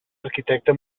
arquitecte